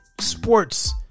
sports